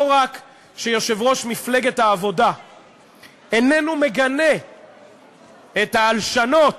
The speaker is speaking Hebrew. לא רק שיושב-ראש מפלגת העבודה איננו מגנה את ההלשנות